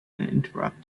interrupted